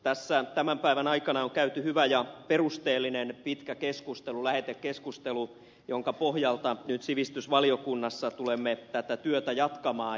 tässä tämän päivän aikana on käyty hyvä ja perusteellinen pitkä keskustelu lähetekeskustelu jonka pohjalta nyt sivistysvaliokunnassa tulemme tätä työtä jatkamaan